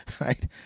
Right